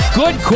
good